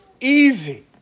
easy